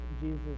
Jesus